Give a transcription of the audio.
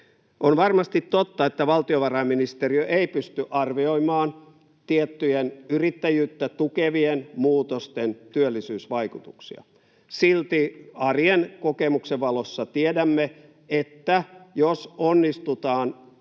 On varmasti totta, että valtiovarainministeriö ei pysty arvioimaan tiettyjen yrittäjyyttä tukevien muutosten työllisyysvaikutuksia. Silti arjen kokemuksen valossa tiedämme, että jos onnistutaan